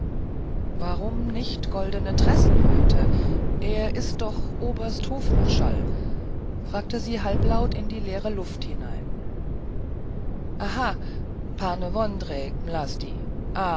warum nicht goldene tressen heute er ist doch oberst hofmarschall fragte sie halblaut in die leere luft hinein aha pan vondrejc